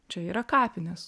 čia yra kapinės